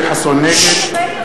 נגד ישראל חסון,